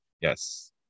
Yes